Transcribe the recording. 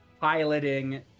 piloting